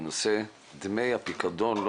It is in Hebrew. על סדר היום פניות ציבור בנושא דמי הפיקדון לא